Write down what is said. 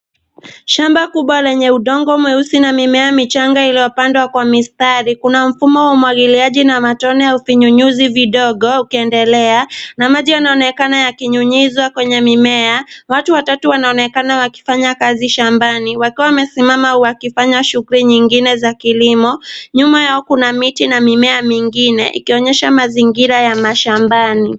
Shamba kubwa lenye udongo mweusi na mimea michanga iliyopandwa kwa mistari. Kuna mfumo wa umwagiliaji na matone wa vinyunyuzi vidogo ukiendelea na maji yanaonekana yakinyunyizwa kwenye mimea. Watu watatu wanaonekana wakifanya kazi shambani wakiwa wamesimama au wakifanya shughuli nyingine za kilimo. Nyuma yao kuna miti na mingine ikionyesha mazingira ya mashambani.